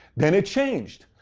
then it changed.